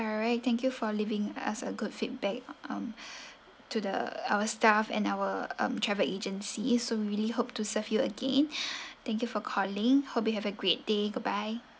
alright thank you for leaving us a good feedback um to the our staff and our um travel agency so really hope to serve you again thank you for calling hope you have a great day goodbye